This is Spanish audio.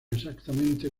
exactamente